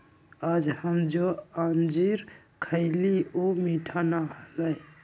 आज हम जो अंजीर खईली ऊ मीठा ना हलय